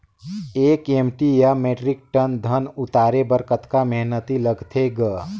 एक एम.टी या metric ton धन उतारे बर कतका मेहनती लगथे ग?